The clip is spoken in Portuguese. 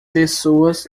pessoas